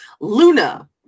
Luna